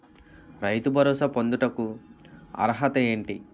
రైతు భరోసా పొందుటకు అర్హత ఏంటి?